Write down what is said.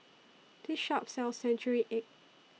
This Shop sells Century Egg